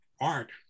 art